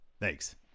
Thanks